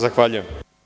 Zahvaljujem.